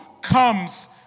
comes